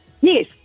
Yes